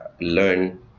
learn